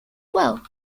well